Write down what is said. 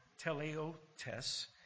teleotes